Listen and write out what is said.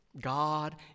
God